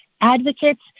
advocates